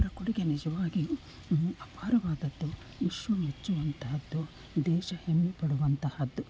ಅವರ ಕೊಡುಗೆ ನಿಜವಾಗಿಯೂ ಅಪಾರವಾದದ್ದು ವಿಶ್ವ ಮೆಚ್ಚುವಂತಹದ್ದು ದೇಶ ಹೆಮ್ಮೆ ಪಡುವಂತಹದ್ದು